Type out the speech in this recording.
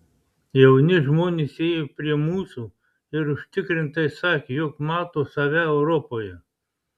jauni žmonės ėjo prie mūsų ir užtikrintai sakė jog mato save europoje